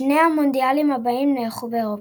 שני המונדיאלים הבאים נערכו באירופה.